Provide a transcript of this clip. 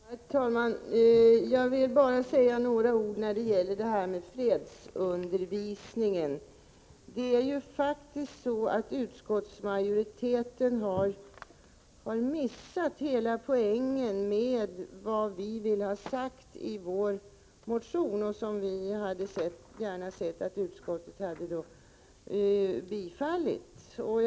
Herr talman! Jag vill bara säga några ord när det gäller fredsundervisningen. Utskottsmajoriteten har faktiskt missat hela poängen med vad vi vill ha sagt i vår motion, som vi gärna hade sett att utskottet hade tillstyrkt.